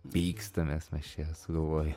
pykstamės mes čia sugalvoję